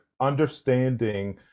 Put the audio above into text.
understanding